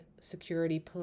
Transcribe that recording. security